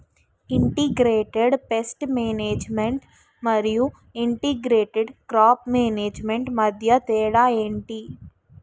integrated pest management మరియు integrated crop management మధ్య తేడా ఏంటి